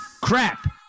crap